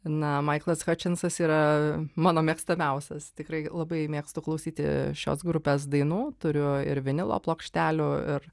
na maiklas hačensas yra mano mėgstamiausias tikrai labai mėgstu klausyti šios grupės dainų turiu ir vinilo plokštelių ir